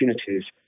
opportunities